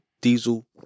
Diesel